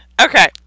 Okay